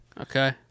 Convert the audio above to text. Okay